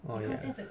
oh ya